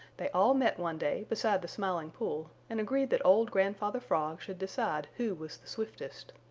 they all met one day beside the smiling pool and agreed that old grandfather frog should decide who was the swiftest.